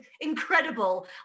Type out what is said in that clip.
incredible